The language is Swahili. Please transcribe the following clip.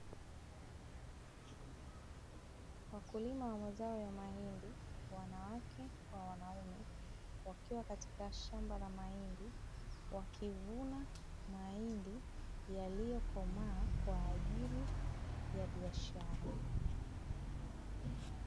Wakulima wa mazao ya mahindi wanawake kwa wanaume, wakiwa katika shamba ya mahindi wakivuna mahindi yaliyokomaa kwaajili ya biashara.